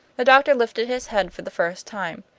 the doctor lifted his head for the first time.